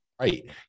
Right